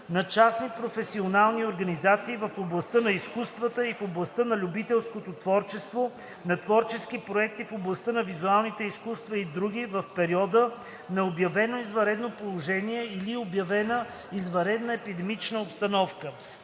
на частни професионални организации в областта на изкуствата и в областта на любителското творчество; на творчески проекти в областта на визуалните изкуства и други в периода на обявено извънредно положение или обявена извънредна епидемична обстановка.